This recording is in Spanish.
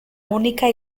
única